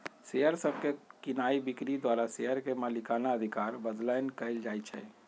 share सभके कीनाइ बिक्री द्वारा शेयर के मलिकना अधिकार बदलैंन कएल जाइ छइ